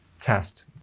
test